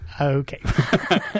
Okay